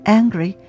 angry